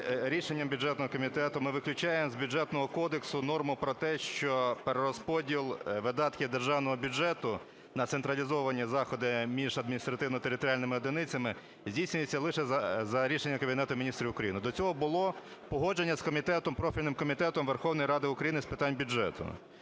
рішенням бюджетного комітету ми виключаємо з Бюджетного кодексу норму про те, що перерозподіл видатків державного бюджету на централізовані заходи між адміністративно-територіальними одиницями здійснюється лише за рішенням Кабінету Міністрів України. До цього було погодження з комітетом, профільним Комітетом Верховної Ради України з питань бюджету.